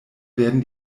werden